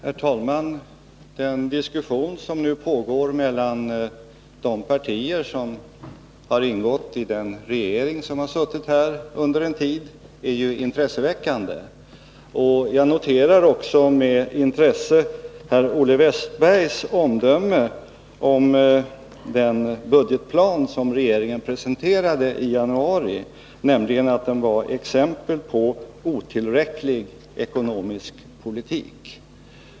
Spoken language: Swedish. Herr talman! Den diskussion som nu pågår mellan de partier som har ingått i den regering som suttit här en tid är ju intresseväckande. Jag noterade också med intresse Olle Wästbergs omdöme om den budgetplan som regeringen presenterade i januari. Han sade nämligen att den var ett exempel på otillräcklig ekonomisk politik.